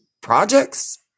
projects